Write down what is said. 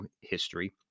history